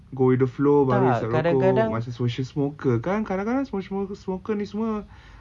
go with the flow baru hisap rokok macam social smoker kan kadang-kadang social smoker ni semua